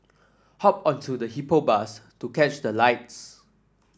hop onto the Hippo Bus to catch the lights